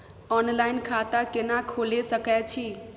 Online खाता केना खोले सकै छी?